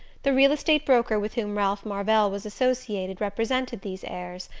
the real-estate broker with whom ralph marvell was associated represented these heirs,